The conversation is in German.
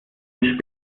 ihren